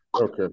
Okay